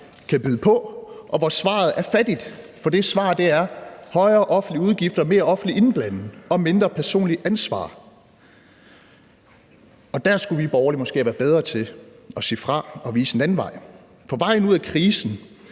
kan byde på. Og svaret er fattigt, for det svar er: højere offentlige udgifter, mere offentlig indblanding og mindre personligt ansvar. Og der skulle vi borgerlige måske have været bedre til at sige fra og vise en anden vej. For vejen ud af krisen